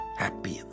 happy